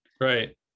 right